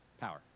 power